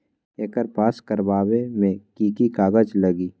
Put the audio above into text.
एकर पास करवावे मे की की कागज लगी?